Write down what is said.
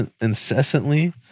incessantly